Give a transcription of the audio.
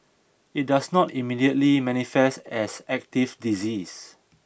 it does not immediately manifest as active disease